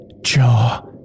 jaw